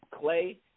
Clay